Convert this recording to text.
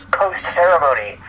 post-ceremony